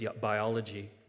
Biology